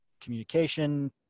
communication